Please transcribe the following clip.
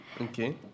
Okay